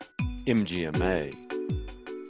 MGMA